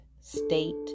state